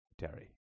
Terry